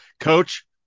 Coach